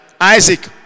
Isaac